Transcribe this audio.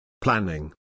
planning